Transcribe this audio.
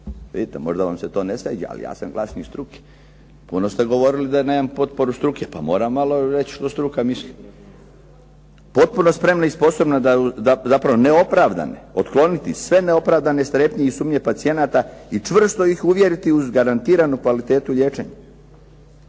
Vidite možda vam se to ne sviđa, ali ja sam glasnik struke. Puno ste govorili da nemam potporu struke, pa moram malo reći što struka misli. Potpuno spremna i sposobna da zapravo neopravdane, otkloniti sve neopravdane strepnje i sumnje pacijenata i čvrsto ih uvjeriti uz garantiranu kvalitetu liječenja.